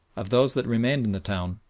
of those that remained in the town,